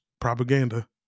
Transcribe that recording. propaganda